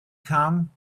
come